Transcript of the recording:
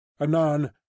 Anon